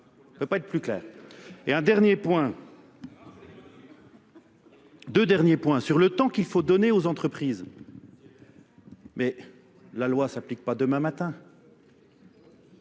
Ça ne peut pas être plus clair. Et un dernier point. Deux derniers points sur le temps qu'il faut donner aux entreprises. Mais la loi ne s'applique pas demain matin.